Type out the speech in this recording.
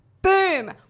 Boom